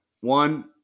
One